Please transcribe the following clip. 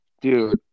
Dude